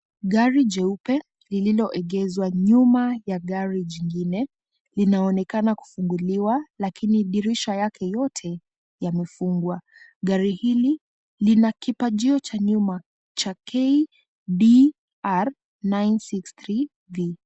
Gari jeupe lililoegeshwa nyuma ya gari jingine, linaonekana kufunguliwa lakini dirisha yake yote yamefungwa. Gari hili lina kipajio cha nyuma KDR963T.